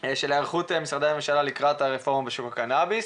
של היערכות משרדי הממשלה לקראת הרפורמה בשיווק קנאביס.